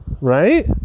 Right